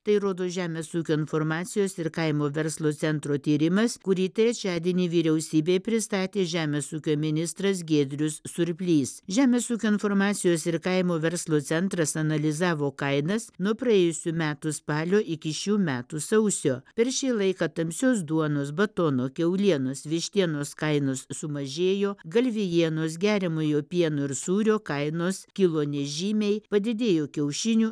tai rodo žemės ūkio informacijos ir kaimo verslo centro tyrimas kurį trečiadienį vyriausybei pristatė žemės ūkio ministras giedrius surplys žemės ūkio informacijos ir kaimo verslo centras analizavo kainas nuo praėjusių metų spalio iki šių metų sausio per šį laiką tamsios duonos batono kiaulienos vištienos kainos sumažėjo galvijienos geriamojo pieno ir sūrio kainos kilo nežymiai padidėjo kiaušinių